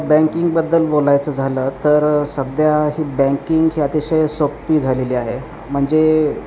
बँकिंगबद्दल बोलायचं झालं तर सध्या ही बँकिंग ही अतिशय सोप्पी झालेली आहे म्हणजे